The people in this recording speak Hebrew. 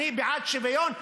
אני בעד שוויון,